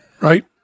right